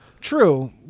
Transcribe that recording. True